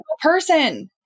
person